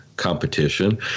Competition